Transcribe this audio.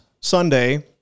Sunday